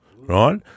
right